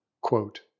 quote